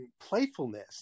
playfulness